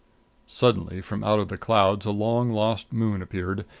suddenly from out of the clouds a long-lost moon appeared,